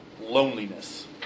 Loneliness